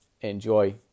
enjoy